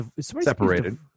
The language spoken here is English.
separated